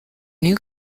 new